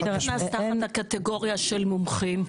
מי נכנס תחת הקטגוריה של מומחים?